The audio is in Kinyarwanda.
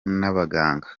n’abaganga